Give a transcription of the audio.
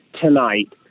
tonight